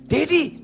Daddy